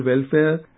welfare